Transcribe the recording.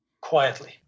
quietly